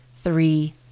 three